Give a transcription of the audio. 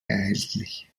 erhältlich